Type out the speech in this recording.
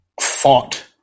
fought